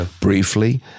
briefly